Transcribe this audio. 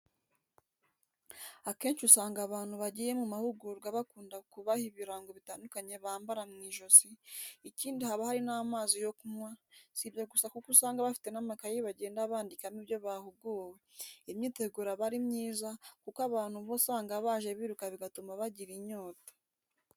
Akenshi usanga abantu bagiye mu mahugurwa bakunda kubaha ibirango bitandukanye bambara mu ijisi, ikindi haba hari n'amazi yo kunywa, si ibyo gusa kuko usanga bafite n'amakayi bagenda bandikamo ibyo bahuguwe, iyi myiteguro aba ari myiza kuko abantu uba usanga baje biruka bigatuma bagira inyota.